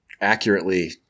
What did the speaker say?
accurately